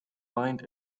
find